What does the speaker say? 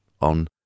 on